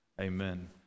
Amen